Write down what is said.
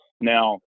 Now